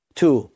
two